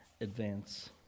advance